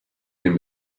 den